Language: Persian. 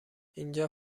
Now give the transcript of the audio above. اینجا